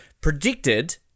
predicted